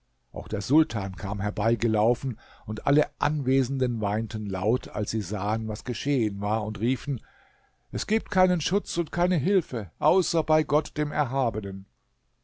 auch der sultan kam herbeigelaufen und alle anwesenden weinten laut als sie sahen was geschehen war und riefen es gibt keinen schutz und keine hilfe außer bei gott dem erhabenen